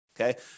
Okay